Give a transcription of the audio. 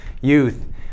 youth